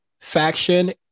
faction